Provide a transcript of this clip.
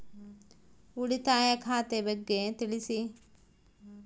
ಉಳಿತಾಯ ಖಾತೆ ಬಗ್ಗೆ ತಿಳಿಸಿ?